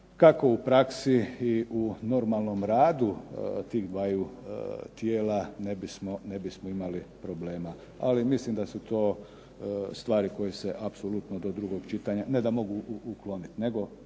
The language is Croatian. Kako u praksi tako i u normalnom radu tih dvaju tijela ne bismo imali problema. Ali mislim da su to stvari koje se apsolutno do drugog čitanja ne da mogu ukloniti, nego